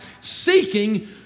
seeking